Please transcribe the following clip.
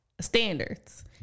standards